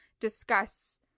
discuss